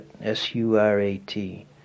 S-U-R-A-T